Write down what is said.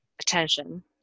attention